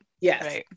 yes